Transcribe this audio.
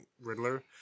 Riddler